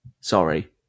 Sorry